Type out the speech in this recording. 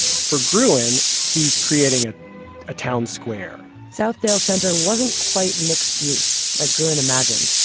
for gruen, he's creating a ah town square southdale center wasn't quite mixed-use, like gruen imagined.